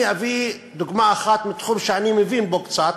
אני אביא דוגמה אחת מתחום שאני מבין בו קצת,